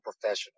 professional